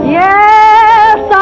yes